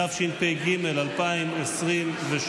התשפ"ג 2023,